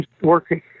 working